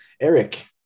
Eric